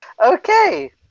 Okay